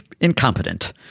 incompetent